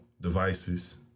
devices